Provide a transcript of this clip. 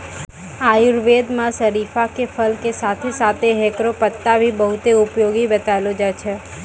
आयुर्वेद मं शरीफा के फल के साथं साथं हेकरो पत्ता भी बहुत उपयोगी बतैलो जाय छै